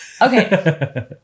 Okay